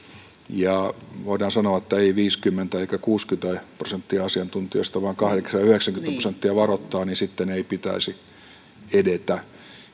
ja voidaan sanoa että ei viisikymmentä eikä kuusikymmentä prosenttia asiantuntijoista vaan kahdeksankymmentä viiva yhdeksänkymmentä prosenttia varoittaa niin sitten ei pitäisi edetä